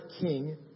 king